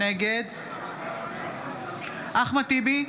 נגד אחמד טיבי,